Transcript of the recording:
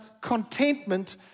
contentment